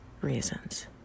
reasons